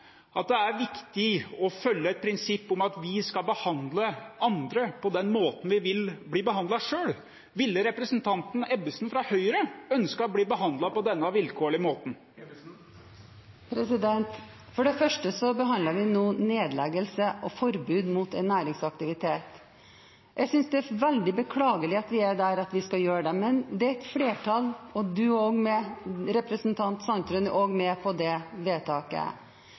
om det er viktig å følge et prinsipp om at vi skal behandle andre på den måten vi vil bli behandlet selv. Ville representanten Ebbesen fra Høyre ønsket å bli behandlet på denne vilkårlige måten? For det første behandler vi nå nedleggelse og forbud mot en næringsaktivitet. Jeg synes det er veldig beklagelig at vi er der at vi skal gjøre det, men det er et flertall for det, og representanten Sandtrøen er også med på det vedtaket.